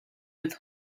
with